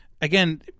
again